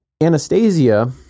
Anastasia